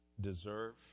deserve